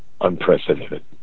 unprecedented